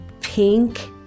pink